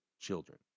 children